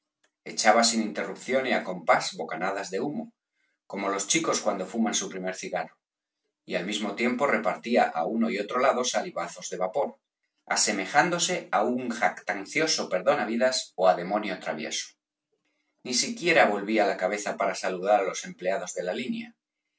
echaba sin interrupción y á compás bocanadas de humo como los chicos cuando fuman su primer cigarro y al mismo tiempo repartía á uno y á otro lado salivazos de vapor asemejándose á un jactancioso perdonavidas ó á demonio travieso ni siquiera volvía la cabeza para saludar á los empleados de la línea